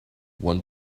want